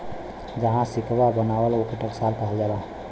जहाँ सिक्कवा बनला, ओके टकसाल कहल जाला